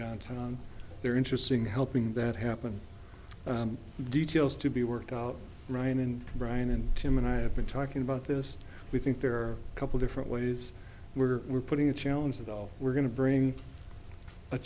downtown they're interesting helping that happen details to be worked out ryan and brian and tim and i have been talking about this we think there are a couple different ways we're we're putting a challenge that all we're going to bring a